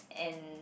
and